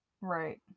Right